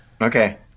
Okay